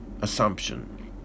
assumption